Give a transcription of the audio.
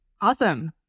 Awesome